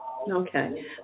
Okay